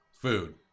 Food